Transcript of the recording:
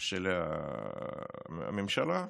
של הממשלה,